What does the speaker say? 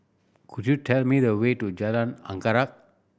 could you tell me the way to Jalan Anggerek